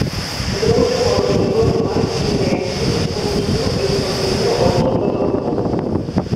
draudžiama organizuoti masinius renginius rūsių ir cokolinių aukštų patalpose